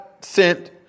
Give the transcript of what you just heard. sent